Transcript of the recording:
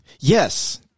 Yes